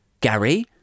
Gary